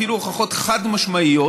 אפילו הוכחות חד-משמעיות,